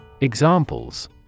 Examples